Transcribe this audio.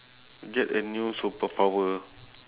get a new superpower